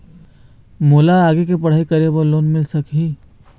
मोला आगे पढ़ई करे बर लोन मिल सकही?